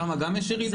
שם גם יש ירידה?